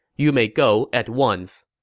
you may go at once.